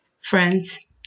Friends